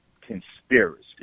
conspiracy